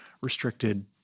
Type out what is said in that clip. restricted